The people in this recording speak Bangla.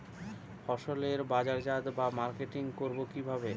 ফসলের বাজারজাত বা মার্কেটিং করব কিভাবে?